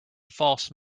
false